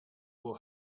will